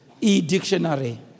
e-dictionary